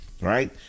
right